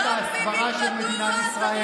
יכולה להיות שרת ההסברה של מדינת ישראל,